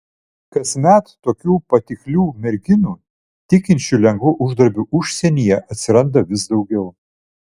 kasmet tokių patiklių merginų tikinčių lengvu uždarbiu užsienyje atsiranda vis daugiau